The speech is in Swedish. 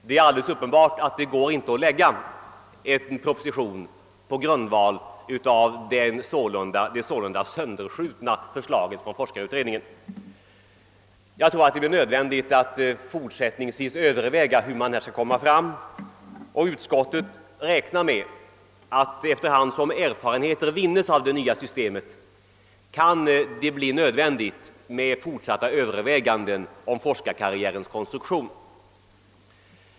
Det är alldeles uppenbart att det inte var möjligt att framlägga en proposition på grundval av det sålunda sönderskjutna förslaget från forskarutredningen. Jag tror att det blir nödvändigt att fortsättningsvis överväga, hur man skall kunna komma fram till ett resultat i denna fråga. Utskottet räknar med att efter hand som erfarenheter vinns av det nya systemet det kan bli nödvändigt med fortsatta överväganden om forskarkarriärens konstruktion.